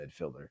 midfielder